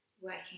working